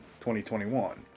2021